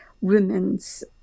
women's